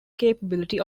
capability